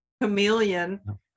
chameleon